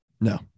No